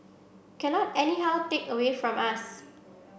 cannot anyhow take away from us